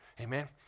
Amen